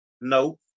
No